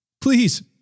Please